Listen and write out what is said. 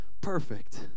perfect